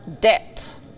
debt